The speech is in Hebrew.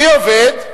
מי עובד?